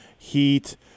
Heat